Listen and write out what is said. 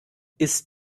ist